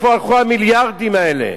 לאן הלכו המיליארדים האלה?